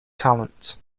talent